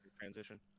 transition